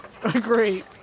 Great